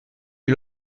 est